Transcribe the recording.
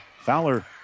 Fowler